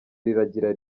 riragira